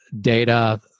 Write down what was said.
data